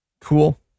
Cool